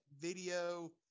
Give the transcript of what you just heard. video